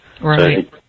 Right